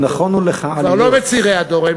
כבר לא מצעירי הדור,